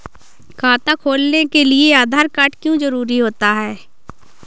खाता खोलने के लिए आधार कार्ड क्यो जरूरी होता है?